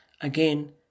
Again